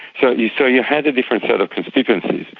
so you so you had a different set of constituencies,